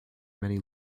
many